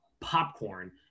Popcorn